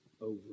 over